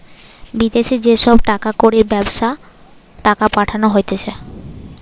বিদেশি যে সব টাকা কড়ির ব্যবস্থা টাকা পাঠানো হতিছে